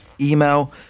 email